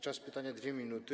Czas pytania - 2 minuty.